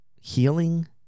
healing